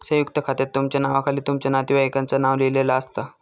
संयुक्त खात्यात तुमच्या नावाखाली तुमच्या नातेवाईकांचा नाव लिहिलेला असता